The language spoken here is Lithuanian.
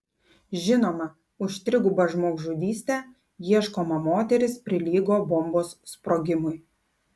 žinoma už trigubą žmogžudystę ieškoma moteris prilygo bombos sprogimui